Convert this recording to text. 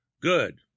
Good